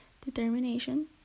determination